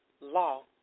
Law